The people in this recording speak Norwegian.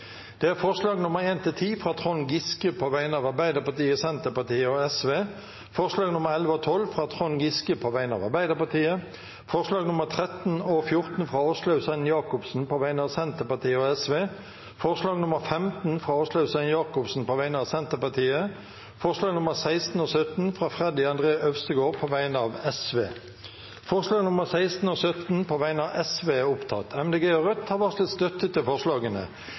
alt 17 forslag. Det er forslagene nr. 1–10, fra Trond Giske på vegne av Arbeiderpartiet, Senterpartiet og Sosialistisk Venstreparti forslagene nr. 11 og 12, fra Trond Giske på vegne av Arbeiderpartiet forslagene nr. 13 og 14, fra Åslaug Sem-Jacobsen på vegne av Senterpartiet og Sosialistisk Venstreparti forslag nr. 15, fra Åslaug Sem-Jacobsen på vegne av Senterpartiet forslagene nr. 16 og 17, fra Freddy André Øvstegård på vegne av Sosialistisk Venstreparti Det voteres over forslagene nr. 16 og 17,